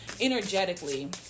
energetically